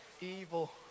evil